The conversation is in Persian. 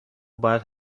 باید